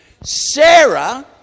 Sarah